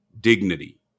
dignity